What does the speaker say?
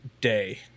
day